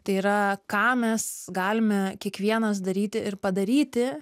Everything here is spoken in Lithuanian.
tai yra ką mes galime kiekvienas daryti ir padaryti